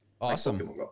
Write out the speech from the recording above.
Awesome